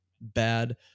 bad